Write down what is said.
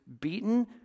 beaten